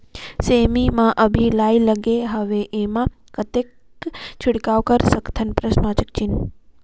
सेमी म अभी लाही लगे हवे एमा कतना छिड़काव कर सकथन?